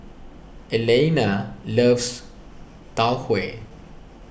Elaina loves Tau Huay